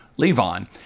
LeVon